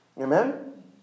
Amen